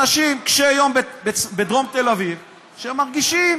אנשים קשי יום בדרום תל אביב, שמרגישים